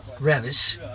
Revis